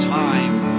time